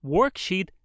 Worksheet